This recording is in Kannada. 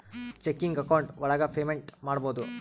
ಚೆಕಿಂಗ್ ಅಕೌಂಟ್ ಒಳಗ ಪೇಮೆಂಟ್ ಮಾಡ್ಬೋದು